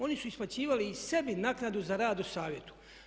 Oni su isplaćivali i sebi naknadu za rad u savjetu.